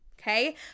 okay